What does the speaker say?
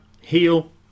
heal